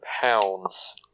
pounds